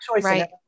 Right